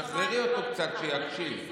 שחררי אותו קצת, שיקשיב.